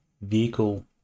vehicle